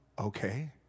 Okay